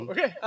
Okay